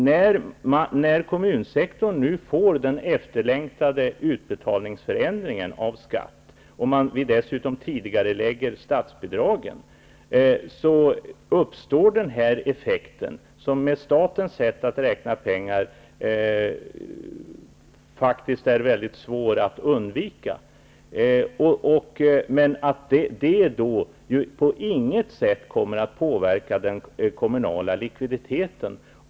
När kommunsektorn nu får den efterlängtade utbetalningsförändringen av skatt och vi dessutom tidigarelägger statsbidragen, uppstår den effekt som med statens sätt att räkna pengar faktiskt är mycket svår att undvika. Detta kommer ju på inget sätt att påverka den kommunala likviditeten.